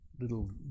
little